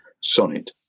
sonnet